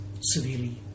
severely